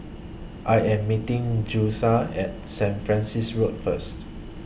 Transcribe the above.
I Am meeting Julissa At Sanit Francis Road First